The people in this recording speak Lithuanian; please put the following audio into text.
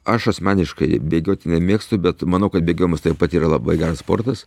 aš asmeniškai bėgioti nemėgstu bet manau kad bėgiojimas taip pat yra labai geras sportas